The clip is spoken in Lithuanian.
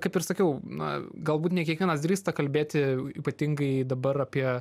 kaip ir sakiau na galbūt ne kiekvienas drįsta kalbėti ypatingai dabar apie